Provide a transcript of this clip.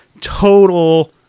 total